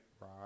right